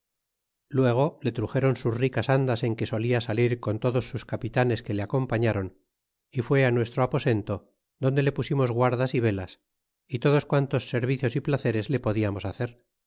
luego le truxéron sus ricas andas en que solía salir con todos sus capitanes que le acompañaron y fue nuestro aposento donde le pusimos guardas y velas y todos quantos servicios y placeres le podiamos hacer